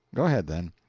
go ahead, then.